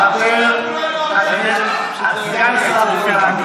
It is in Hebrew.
חבר הכנסת, סגן השר גולן,